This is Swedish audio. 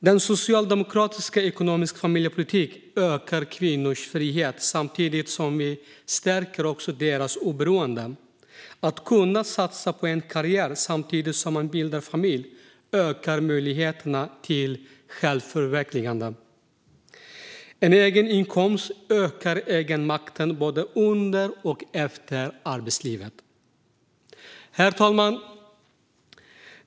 Den socialdemokratiska ekonomiska familjepolitiken ökar kvinnors frihet samtidigt som den stärker deras oberoende. Att kunna satsa på en karriär samtidigt som man bildar familj ökar möjligheten till självförverkligande. En egen inkomst ökar egenmakten både under och efter arbetslivet. Herr talman!